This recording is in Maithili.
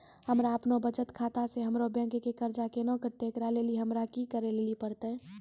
हमरा आपनौ बचत खाता से हमरौ बैंक के कर्जा केना कटतै ऐकरा लेली हमरा कि करै लेली परतै?